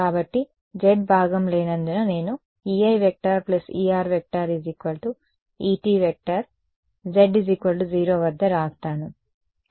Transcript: కాబట్టి z భాగం లేనందున నేను Ei Er Et z0 వద్ద వ్రాస్తాను